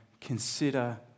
consider